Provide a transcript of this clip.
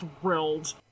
thrilled